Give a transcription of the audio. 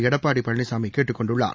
எடப்பாடிபழனிசாமிகேட்டுக் கொண்டுள்ளார்